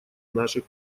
наших